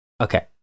Okay